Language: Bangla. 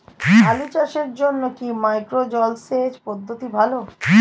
আলু চাষের জন্য কি মাইক্রো জলসেচ পদ্ধতি ভালো?